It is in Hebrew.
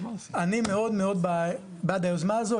אני מאוד מאוד בעד היוזמה הזו,